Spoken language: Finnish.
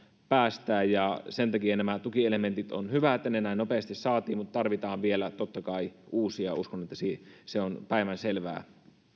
päästää ja sen takia on hyvä että nämä tukielementit näin nopeasti saatiin mutta tarvitaan vielä totta kai uusia uskon että se on päivänselvää